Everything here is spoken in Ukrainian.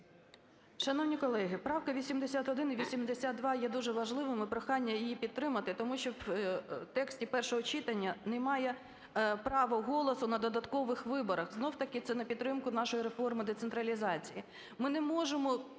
Шановні колеги, правка 81 і 82 є дуже важливими. І прохання їх підтримати. Тому що в тексті першого читання немає права голосу на додаткових виборах. Знову-таки, це на підтримку нашої реформи децентралізації.